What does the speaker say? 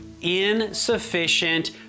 Insufficient